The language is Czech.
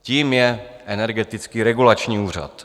Tím je Energetický regulační úřad.